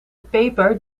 paper